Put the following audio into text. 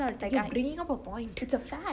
you're bringing up a point